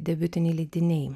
debiutiniai leidiniai